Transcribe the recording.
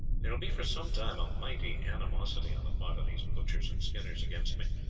there will be for some time a mighty animosity on the part of these butchers and skinners against me,